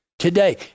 today